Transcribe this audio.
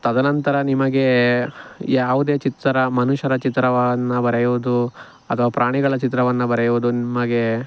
ತದನಂತರ ನಿಮಗೆ ಯಾವುದೇ ಚಿತ್ಸರ ಮನುಷ್ಯರ ಚಿತ್ರವನ್ನು ಬರೆಯುವುದು ಅಥವಾ ಪ್ರಾಣಿಗಳ ಚಿತ್ರವನ್ನು ಬರೆಯುವುದು ನಿಮಗೆ